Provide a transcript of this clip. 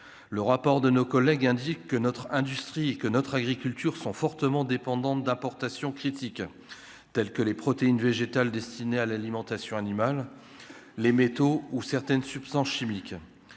le rapport de nos collègues indique que notre industrie que notre agriculture sont fortement dépendante d'importations critiques telles que les protéines végétales destinées à l'alimentation animale, les métaux ou certaines substances chimiques,